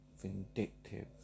vindictive